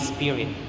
Spirit